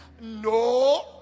no